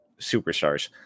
superstars